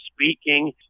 speaking